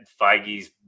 feige's